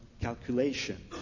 calculation